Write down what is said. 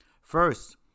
first